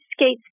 skates